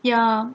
ya